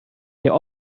der